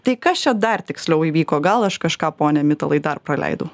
tai kas čia dar tiksliau įvyko gal aš kažką pone mitalai dar praleidau